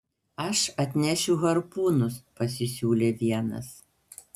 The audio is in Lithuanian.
aš atnešiu harpūnus pasisiūlė vienas